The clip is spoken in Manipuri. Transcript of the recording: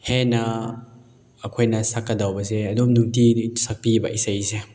ꯍꯦꯟꯅ ꯑꯩꯈꯣꯏꯅ ꯁꯛꯀꯗꯧꯕꯁꯦ ꯑꯗꯨꯝ ꯅꯨꯡꯇꯤꯒꯤ ꯁꯛꯄꯤꯕ ꯏꯁꯩꯁꯦ